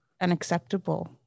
unacceptable